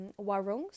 Warungs